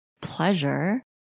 pleasure